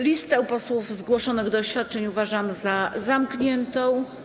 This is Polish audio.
Listę posłów zgłoszonych do oświadczeń uważam za zamkniętą.